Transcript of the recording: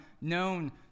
known